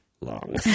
long